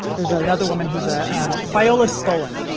there's another woman who's a viola spolin.